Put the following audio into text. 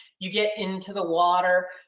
you get into the water.